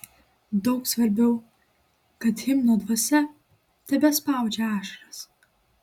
daug svarbiau kad himno dvasia tebespaudžia ašaras